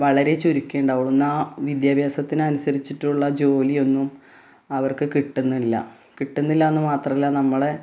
വളരെ ചുരുക്കേണ്ടതാകുള്ളൂ എന്നാൽ വിദ്യാഭ്യാസത്തിനനുസരിച്ചിട്ടുള്ള ജോലിയൊന്നും അവർക്ക് കിട്ടുന്നില്ല കിട്ടുന്നില്ലയെന്നു മാത്രമല്ല നമ്മളെ